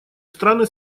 страны